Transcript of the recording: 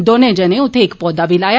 दौने जने उत्थे इक पौधा बी लाया